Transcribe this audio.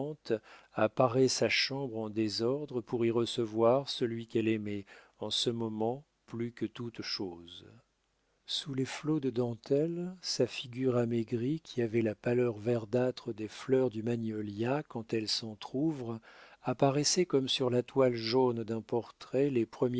parer sa chambre en désordre pour y recevoir dignement celui qu'elle aimait en ce moment plus que toute chose sous les flots de dentelles sa figure amaigrie qui avait la pâleur verdâtre des fleurs du magnolia quand elles s'entr'ouvrent apparaissait comme sur la toile jaune d'un portrait les